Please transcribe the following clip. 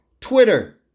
Twitter